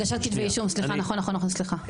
הגשת כתבי אישום, סליחה, נכון נכון סליחה.